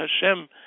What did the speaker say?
Hashem